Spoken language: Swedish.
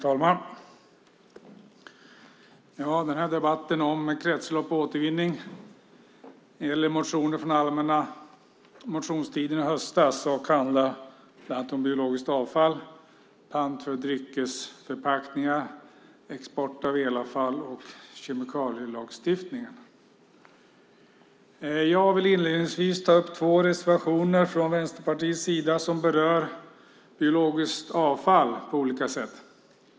Fru talman! Debatten om kretslopp och återvinning gäller motioner från allmänna motionstiden i höstas. Det handlar bland annat om biologiskt avfall, pant för dryckesförpackningar, export av elavfall och kemikalielagstiftningen. Jag vill inledningsvis ta upp två reservationer från Vänsterpartiets sida som berör biologiskt avfall på olika sätt.